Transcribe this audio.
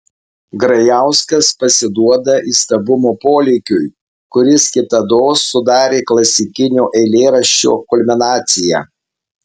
grajauskas pasiduoda įstabumo polėkiui kuris kitados sudarė klasikinio eilėraščio kulminaciją